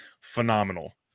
Phenomenal